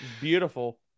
beautiful